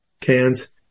cans